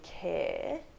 care